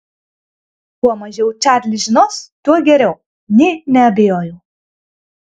kuo mažiau čarlis žinos tuo geriau nė neabejojau